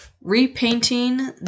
repainting